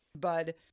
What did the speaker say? Bud